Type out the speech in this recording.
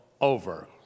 over